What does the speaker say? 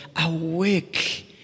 awake